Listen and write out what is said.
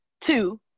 two